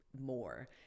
more